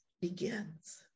begins